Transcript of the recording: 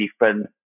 different